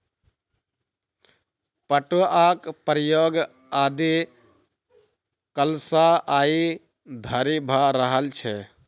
पटुआक प्रयोग आदि कालसँ आइ धरि भ रहल छै